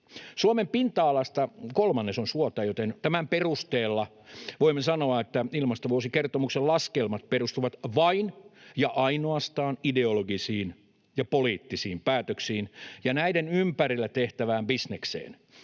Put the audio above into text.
Suomen pinta-alasta kolmannes on suota, joten tämän perusteella voimme sanoa, että ilmastovuosikertomuksen laskelmat perustuvat vain ja ainoastaan ideologisiin ja poliittisiin päätöksiin ja näiden ympärillä tehtävään bisnekseen.